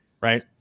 right